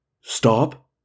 Stop